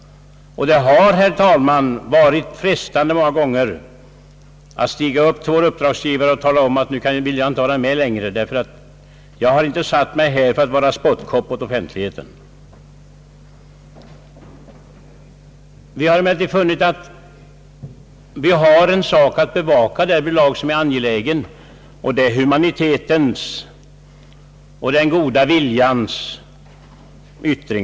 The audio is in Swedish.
Det har, herr talman, varit frestande många gånger att stiga upp och säga att nu vill jag inte vara med längre därför att jag inte har satt mig här för att vara spottkopp åt offentligheten. Vi har funnit att vi har en sak att bevaka som är angelägen och att det är att arbeta i humanitetens och den goda viljans tecken.